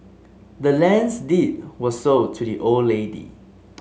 the land's deed was sold to the old lady